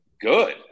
good